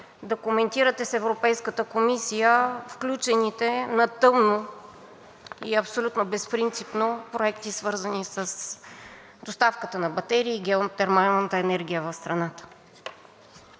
коментирате с Европейската комисия включените на тъмно и абсолютно безпринципно проекти, свързани с доставката на батерии и геотермалната енергия в страната?